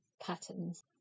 patterns